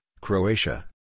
Croatia